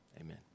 Amen